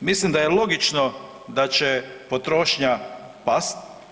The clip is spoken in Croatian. mislim da je logično da će potrošnja pasti.